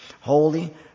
Holy